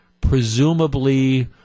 presumably